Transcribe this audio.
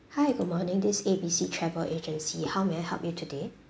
hi good morning this A_B_C travel agency how may I help you today